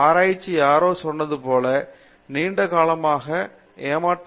ஆராய்ச்சி யாரோ சொன்னது போல் நீண்ட காலமாக ஏமாற்றத்தை கொடுக்கலாம் பேராசிரியர் பிரதாப் ஹரிதாஸ் சரி